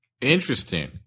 Interesting